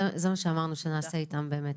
זה מה שאמרנו שנעשה איתם באמת.